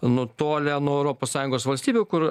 nutolę nuo europos sąjungos valstybių kur